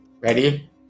ready